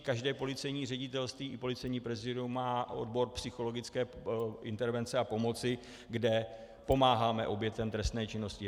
Každé policejní ředitelství i policejní prezídium má odbor psychologické intervence a pomoci, kde pomáháme obětem trestné činnosti.